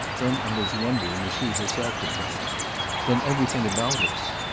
then on his wondering as she herself had done than everything about us.